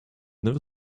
never